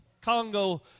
Congo